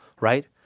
Right